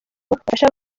bafashe